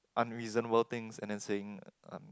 unreasonable things and then saying um